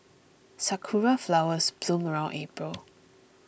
sakura flowers bloom around April